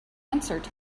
answered